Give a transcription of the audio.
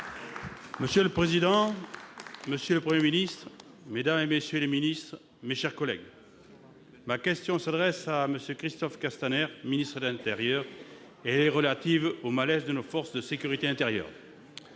Monsieur le président, monsieur le Premier ministre, mesdames, messieurs les ministres, mes chers collègues, ma question s'adresse à M. Christophe Castaner, ministre de l'intérieur, et concerne le malaise de nos forces de sécurité intérieure.